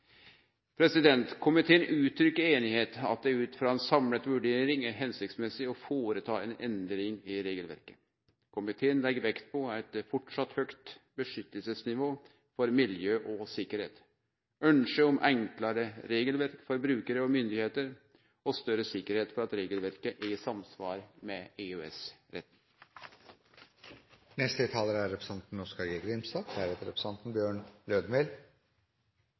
forskrift. Komiteen er einig i at det ut frå ei samla vurdering er hensiktsmessig å gjere ei endring i regelverket. Komiteen legg vekt på at ein framleis har eit høgt vernenivå for miljø og sikkerheit, eit ønske om enklare regelverk for brukarar og myndigheiter og større sikkerheit for at regelverket er i samsvar med